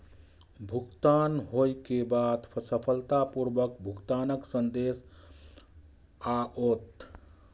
भुगतान होइ के बाद सफलतापूर्वक भुगतानक संदेश आओत